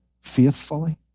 faithfully